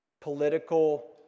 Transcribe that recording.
political